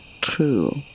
true